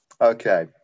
Okay